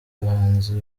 bahanzi